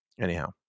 Anyhow